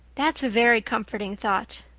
that's a very comforting thought.